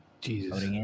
Jesus